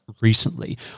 recently